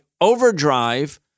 overdrive